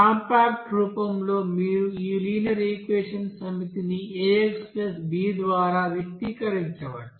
compact రూపంలో మీరు ఈ లినియర్ ఈక్వెషన్స్ సమితిని aXb ద్వారా వ్యక్తీకరించవచ్చు